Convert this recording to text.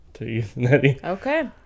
okay